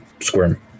Squirm